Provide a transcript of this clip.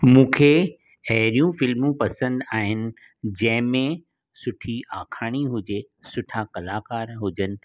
मूंखे अहिड़ियूं फ़िल्मूं पसंदि आहिनि जंहिं में सुठी आखाणी हुजे सुठा कलाकार हुजनि